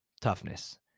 toughness